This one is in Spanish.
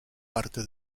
parte